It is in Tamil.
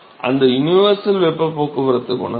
அந்த யுனிவர்சல் வெப்ப போக்குவரத்து குணகம்